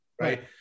right